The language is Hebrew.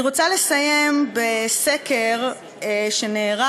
אני רוצה לסיים בסקר שנערך,